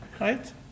Right